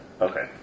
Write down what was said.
Okay